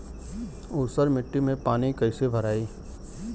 ऊसर मिट्टी में पानी कईसे भराई?